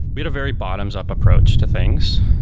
we had a very bottoms up approach to things.